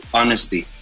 honesty